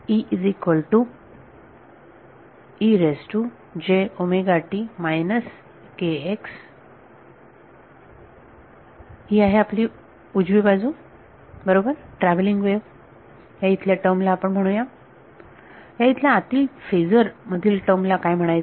म्हणून ही आहे उजवी बाजू बरोबर ट्रॅव्हलिंग वेव्ह या इथल्या टर्म ला आपण म्हणू या या इथल्या आतील फेजर मधील टर्म ला काय म्हणायचे